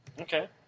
Okay